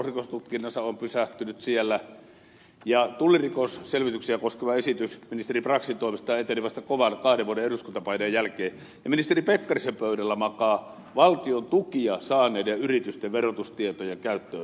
se on pysähtynyt ja tullirikosselvityksiä koskeva esitys ministeri braxin toimesta eteni vasta kovan kahden vuoden eduskuntapaineen jälkeen ja ministeri pekkarisen pöydällä makaa valtion tukia saaneiden yritysten verotustietojen käyttöön saaminen